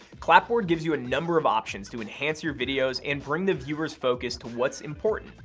clapboard gives you a number of options to enhance your videos and bring the viewer's focus to what's important.